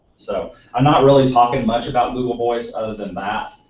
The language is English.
so i'm not really talking much about google voice other than that.